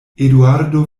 eduardo